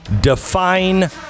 define